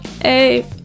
Hey